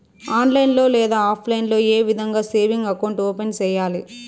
online లో లేదా offline లో ఏ విధంగా సేవింగ్ అకౌంట్ ఓపెన్ సేయాలి